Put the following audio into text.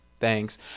Thanks